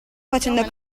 facendo